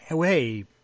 hey